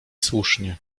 słusznie